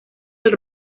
del